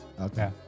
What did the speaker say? Okay